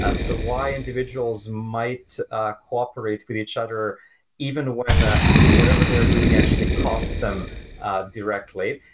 ah so why individuals might ah cooperate with each other even when ah whatever they're doing actually caused them directly.